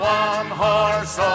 one-horse